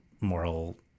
moral